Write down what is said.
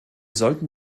sollten